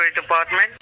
Department